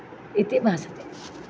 इति भासते